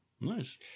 Nice